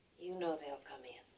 you know they'll come in.